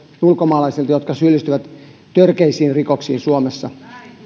ulkomaalaisilta jotka syyllistyvät törkeisiin rikoksiin suomessa